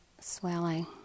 swelling